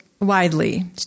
widely